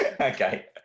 Okay